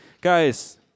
Guys